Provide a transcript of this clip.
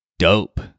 Dope